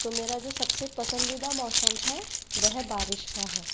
तो मेरा जो सबसे पसंदीदा मौसम है वह बारिश का है